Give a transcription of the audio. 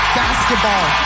basketball